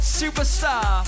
superstar